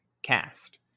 Cast